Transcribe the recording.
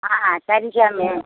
ஆ சரி சாமி